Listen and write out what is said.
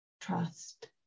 trust